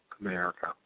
America